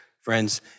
friends